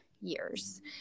years